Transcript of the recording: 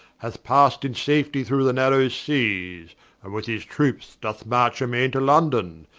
hath pass'd in safetie through the narrow seas, and with his troupes doth march amaine to london,